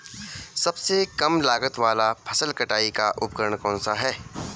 सबसे कम लागत वाला फसल कटाई का उपकरण कौन सा है?